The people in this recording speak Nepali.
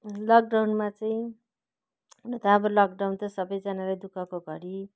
लकडाउनमा चाहिँ हुन त अब लकडाउन त सबैजनालाई दुःखको घडी